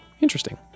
Interesting